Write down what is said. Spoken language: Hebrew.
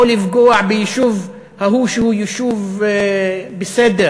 או לפגוע ביישוב ההוא, שהוא יישוב בסדר.